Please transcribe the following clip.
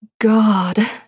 God